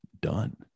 done